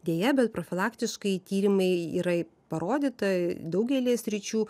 deja bet profilaktiškai tyrimai yra parodyta daugelyje sričių